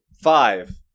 five